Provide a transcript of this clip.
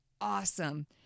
awesome